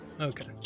Okay